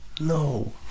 No